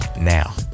now